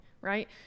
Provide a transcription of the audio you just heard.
right